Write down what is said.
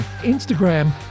Instagram